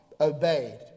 obeyed